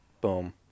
Boom